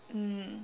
mm